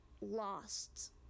lost